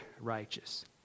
righteous